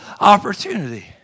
opportunity